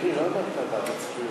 הכנסת נתקבלה.